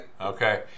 Okay